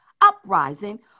Uprising